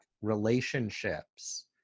relationships